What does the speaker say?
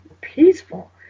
peaceful